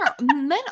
men